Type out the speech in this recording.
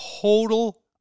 total